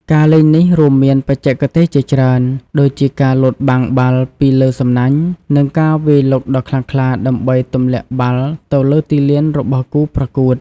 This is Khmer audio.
ការលេងនេះរួមមានបច្ចេកទេសជាច្រើនដូចជាការលោតបាំងបាល់ពីលើសំណាញ់ និងការវាយលុកដ៏ខ្លាំងក្លាដើម្បីទម្លាក់បាល់ទៅលើទីលានរបស់គូប្រកួត។